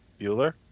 Bueller